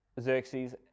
Xerxes